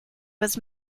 was